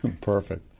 Perfect